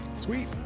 sweet